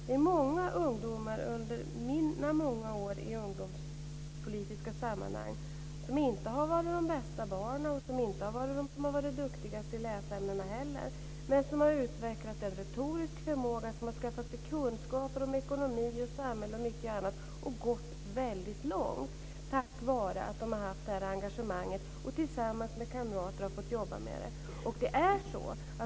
Det var många ungdomar under mina många år i ungdomspolitiska sammanhang som inte var de bästa barnen och som inte heller var duktigast i läsämnena som utvecklade en retorisk förmåga och som skaffade sig kunskaper om ekonomi och samhälle och mycket annat och gick väldigt långt tack vare att de hade ett engagemang och tillsammans med kamrater fick jobba med frågorna.